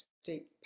state